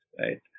right